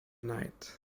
night